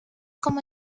como